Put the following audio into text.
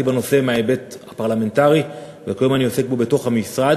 בנושא מההיבט הפרלמנטרי וכיום אני עוסק בו בתוך המשרד.